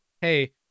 hey